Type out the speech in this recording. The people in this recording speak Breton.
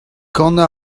kanañ